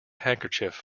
handkerchief